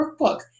workbook